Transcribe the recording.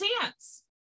dance